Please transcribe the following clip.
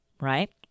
right